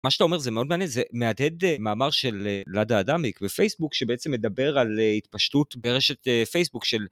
מה שאתה אומר זה מאוד מעניין, זה מהדהד מאמר של לאדה אדאמיק בפייסבוק, שבעצם מדבר על התפשטות ברשת פייסבוק של...